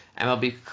MLB